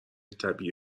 طبیعی